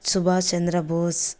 Subhash Chandrabose